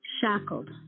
Shackled